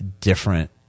different